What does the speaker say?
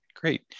great